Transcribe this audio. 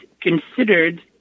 considered